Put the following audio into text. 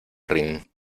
rin